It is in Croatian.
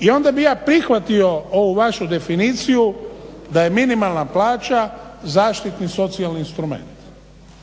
I onda bih ja prihvatio ovu vašu definiciju da je minimalna plaća zaštitni socijalni instrument,